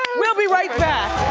we'll be right back.